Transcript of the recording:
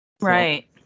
Right